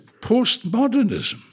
Postmodernism